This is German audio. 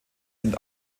sind